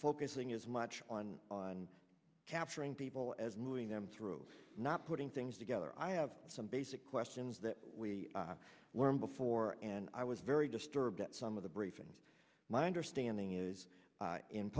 focusing as much on on capturing people as moving them through not putting things together i have some basic questions that we were in before and i was very disturbed at some of the briefings my understanding is